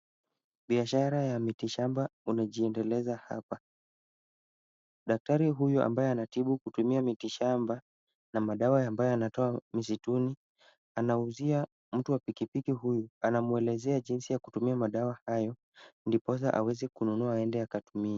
Biashara ya mitishamba unajiendeleza hapa. Daktari huyu ambaye anatibu kutumia mitishamba na madawa ambayo anatoa misituni, anauzia mtu wa pikipiki huyu. Anamuelezea jinsi ya kutumia madawa hayo, ndiposa aweze kununua aende akatumie.